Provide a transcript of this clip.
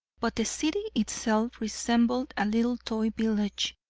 but the city itself resembled a little toy village,